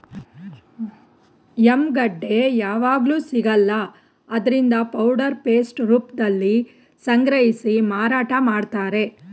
yam ಗೆಡ್ಡೆ ಯಾವಗ್ಲೂ ಸಿಗಲ್ಲ ಆದ್ರಿಂದ ಪೌಡರ್ ಪೇಸ್ಟ್ ರೂಪ್ದಲ್ಲಿ ಸಂಗ್ರಹಿಸಿ ಮಾರಾಟ ಮಾಡ್ತಾರೆ